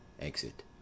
exit